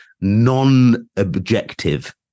non-objective